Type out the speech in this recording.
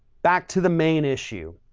back to the main issue.